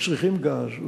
צריכים גז,